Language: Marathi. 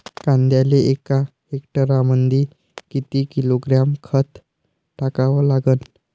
कांद्याले एका हेक्टरमंदी किती किलोग्रॅम खत टाकावं लागन?